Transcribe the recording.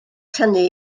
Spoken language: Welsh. tynnu